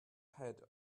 head